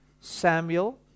Samuel